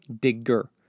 digger